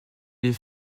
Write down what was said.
les